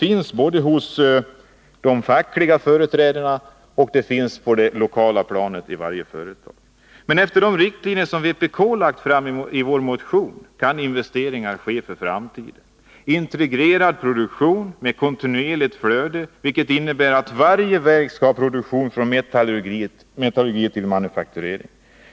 I varje företag görs investeririgar på det lokala planet, och här är fackliga företrädare med. Men enligt de riktlinjer som vpk har lagt fram i sin motion skall investeringar ske för framtiden. Det gäller integrerad produktion med kontinuerligt flöde, vilket innebär produktion hela vägen från metallurgi till manufakturering.